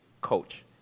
coach